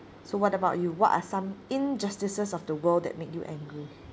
so what about you what are some injustices of the world that make you angry